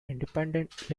independent